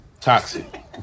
Toxic